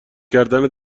کردن